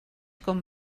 com